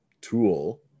tool